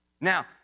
Now